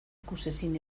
ikusezin